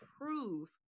prove